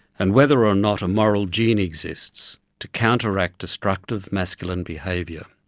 and whether or not a moral gene exists to counteract destructive masculine behaviour.